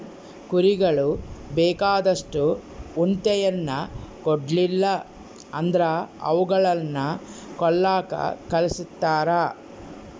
ಕುರಿಗಳು ಬೇಕಾದಷ್ಟು ಉಣ್ಣೆಯನ್ನ ಕೊಡ್ಲಿಲ್ಲ ಅಂದ್ರ ಅವುಗಳನ್ನ ಕೊಲ್ಲಕ ಕಳಿಸ್ತಾರ